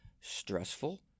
stressful